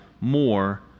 more